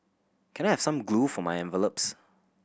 can I have some glue for my envelopes